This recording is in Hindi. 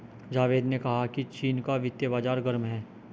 जावेद ने कहा कि चीन का वित्तीय बाजार गर्म है